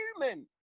human